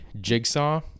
Jigsaw